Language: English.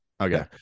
Okay